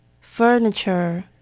Furniture